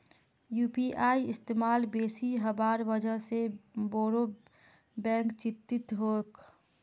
UPI इस्तमाल बेसी हबार वजह से बोरो बैंक चिंतित छोक